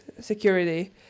security